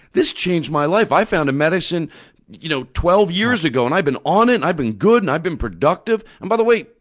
this changed my life. i found a medicine you know twelve years ago, and i've been on it and i've been good and i've been productive. and by the way,